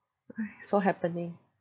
!hais! so happening